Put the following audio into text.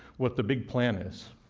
what the big plan is.